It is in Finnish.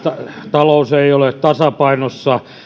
talous ei ole tasapainossa